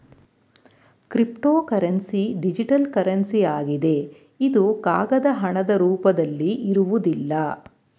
cryptocurrency digital currency ಆಗಿದೆ ಇದು ಕಾಗದ ಹಣದ ರೂಪದಲ್ಲಿ ಇರುವುದಿಲ್ಲ